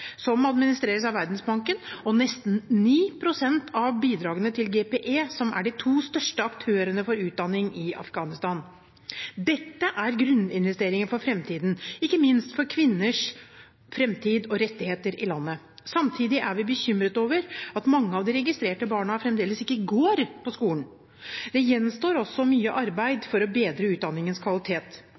som administreres av Verdensbanken, og nesten ni prosent av bidragene til GPE, som er de to største aktørene for utdanning i Afghanistan.» Dette er grunninvesteringer for framtiden, ikke minst for kvinners framtid og rettigheter i landet. Samtidig er vi bekymret over at mange av de registrerte barna fremdeles ikke går på skole. Det gjenstår også mye arbeid for å bedre utdanningens kvalitet.